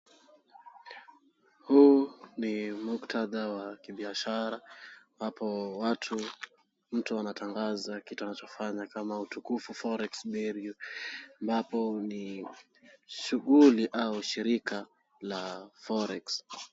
Huu ni mukthadha wa kibiashara ambapo mtu anatangaza kitu anachofanya kama utukufu Forex Bureau ambapo ni shughuli au shirika la Forex.